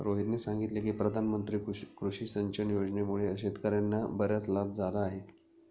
रोहितने सांगितले की प्रधानमंत्री कृषी सिंचन योजनेमुळे शेतकर्यांना बराच लाभ झाला आहे